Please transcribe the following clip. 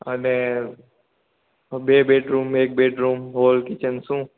અને બે બેડરૂમ એક બેડરૂમ હૉલ કિચન શું